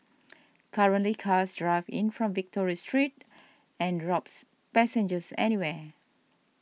currently cars drive in from Victoria Street and drops passengers anywhere